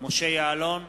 משה יעלון,